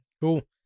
Cool